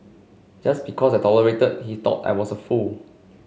just because I tolerated he thought I was a fool